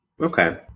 Okay